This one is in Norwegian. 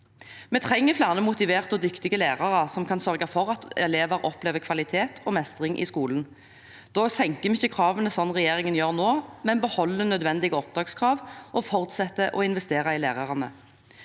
Vi trenger flere motiverte og dyktige lærere som kan sørge for at elever opplever kvalitet og mestring i skolen. Da senker vi ikke kravene slik regjeringen gjør nå, men beholder nødvendige opptakskrav og fortsetter å investere i lærerne.